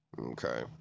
okay